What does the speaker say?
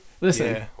Listen